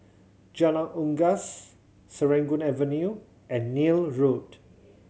Jalan Unggas Serangoon Avenue and Neil Road